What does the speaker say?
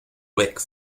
wick